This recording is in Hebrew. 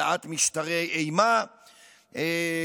בין שזה העלאת משטרי אימה כוחניים,